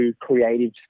creative